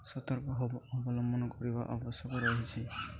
ସତର୍କ ହବ ଅବଲମ୍ବନ କରିବା ଆବଶ୍ୟକ ରହିଛି